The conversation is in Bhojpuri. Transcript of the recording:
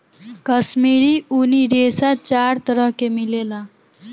काश्मीरी ऊनी रेशा चार तरह के मिलेला